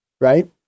right